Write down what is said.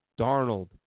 Darnold